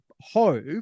hope